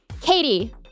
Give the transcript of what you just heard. Katie